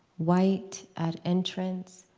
white at entrance,